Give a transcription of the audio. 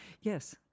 Yes